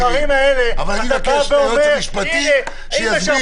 בדברים האלה --- אבל אני אבקש מהיועץ המשפטי שיסביר.